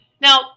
Now